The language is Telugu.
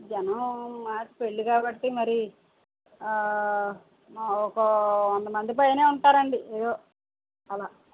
జనం మాది పెళ్ళి కాబట్టి మరి ఆ ఒక వందమంది పైన ఉంరు అండి ఏదో అలా